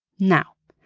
now,